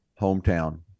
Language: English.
hometown